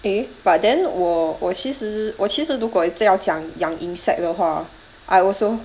eh but then 我我其实我其实如果真要讲养 insect 的话 I also